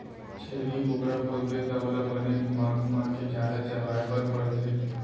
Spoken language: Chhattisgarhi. छेरी बोकरा पोसबे त ओला बने घुमा घुमा के चारा चरवाए बर परथे